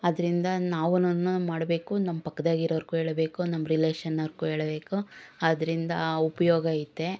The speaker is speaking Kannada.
ಆದ್ದರಿಂದ ನಾವುನೂ ಮಾಡಬೇಕು ನಮ್ಮ ಪಕ್ದಾಗಿರೋರಿಗೂ ಹೇಳ್ಬೇಕು ನಮ್ಮ ರಿಲೇಷನ್ ಅವ್ರಿಗೂ ಹೇಳ್ಬೇಕು ಅದರಿಂದ ಉಪಯೋಗ ಐತೆ